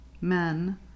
men